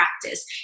practice